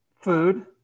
food